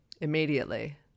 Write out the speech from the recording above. immediately